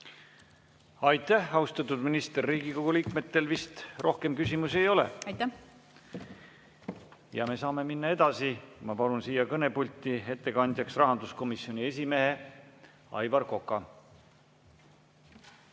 Aitäh, austatud minister! Riigikogu liikmetel rohkem küsimusi ei ole. Me saame edasi minna. Ma palun siia kõnepulti ettekandjaks rahanduskomisjoni esimehe Aivar Koka.